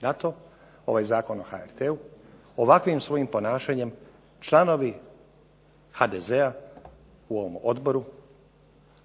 na to, ovaj Zakon o HRT-u ovakvim svojim ponašanjem članovi HDZ-a u ovom odboru